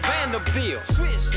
Vanderbilt